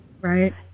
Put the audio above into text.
Right